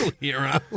hero